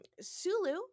Sulu